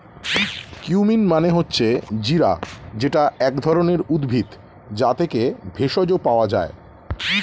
cumin মানে হচ্ছে জিরা যেটা এক ধরণের উদ্ভিদ, যা থেকে ভেষজ পাওয়া যায়